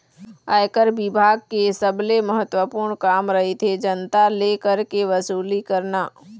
आयकर बिभाग के सबले महत्वपूर्न काम रहिथे जनता ले कर के वसूली करना